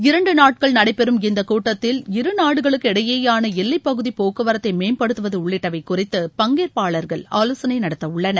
இரண்டு நாட்கள் நடைபெறும் இந்தக் கூட்டத்தில் இருநாடுகளுக்கு இடையேயான எல்லைப்பகுதி போக்குவரத்தை மேம்படுத்துவது உள்ளிட்டவை குறித்து பங்கேற்பாளர்கள் ஆலோசனை நடத்த உள்ளனர்